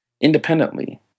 independently